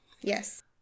Yes